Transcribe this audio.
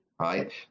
right